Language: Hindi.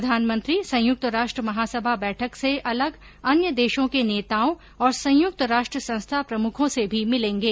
प्रधानमंत्री संयुक्त राष्ट्र महासभा बैठक से अलग अन्य देशों के नेताओं और संयुक्त राष्ट्र संस्था प्रमुखों से भी मिलेंगे